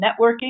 networking